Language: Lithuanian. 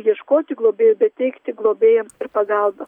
ieškoti globėjo bet teikti globėjams ir pagalbą